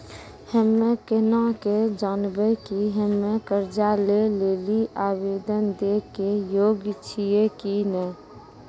हम्मे केना के जानबै कि हम्मे कर्जा लै लेली आवेदन दै के योग्य छियै कि नै?